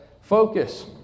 focus